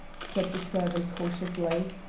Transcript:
said the servant cautiously.